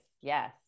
Yes